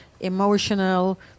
emotional